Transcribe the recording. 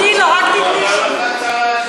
אמרתי: השם הוא יפה.